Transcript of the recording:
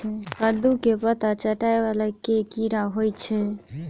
कद्दू केँ पात चाटय वला केँ कीड़ा होइ छै?